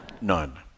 none